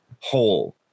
whole